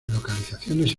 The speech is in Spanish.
locaciones